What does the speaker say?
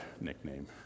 nickname